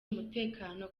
umutekano